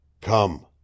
Come